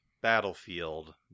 Battlefield